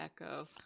echo